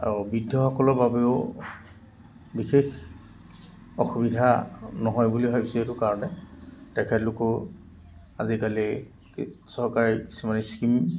আৰু বৃদ্ধসকলৰ বাবেও বিশেষ অসুবিধা নহয় বুলি ভাবিছোঁ এইটো কাৰণে তেখেতলোকেও আজিকালি চৰকাৰী কিছুমান স্কিম